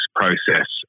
process